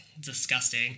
Disgusting